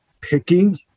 picking